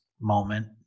moment